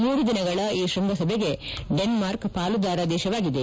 ಮೂರು ದಿನಗಳ ಈ ಶೃಂಗಸಭೆಗೆ ಡೆನ್ಕಾರ್ಕ್ ಪಾಲುದಾರ ದೇಶವಾಗಿದೆ